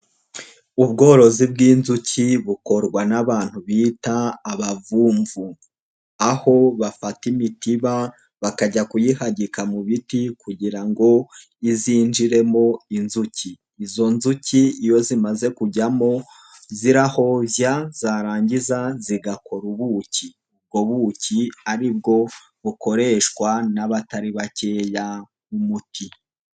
Ubworozi bw'inzuki bukorwa n'abantu bita abavumvu, aho bafata imitiba bakajya kuyihagika mu biti kugira ngo izinjiremo inzuki, izo nzuki iyo zimaze kujyamo zirahovya zarangiza zigakora ubuki, ubwo buki ari bwo bukoreshwa n'abatari bakeya nk'umuti.